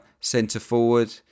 centre-forward